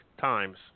times